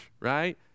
right